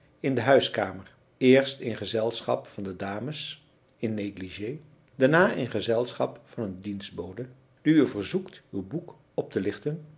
in de huiskamer eerst in gezelschap van de dames in négligé daarna in gezelschap van een dienstbode die u verzoekt uw boek op te lichten